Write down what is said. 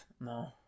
No